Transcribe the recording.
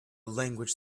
language